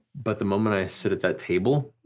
but the moment i sit at that table,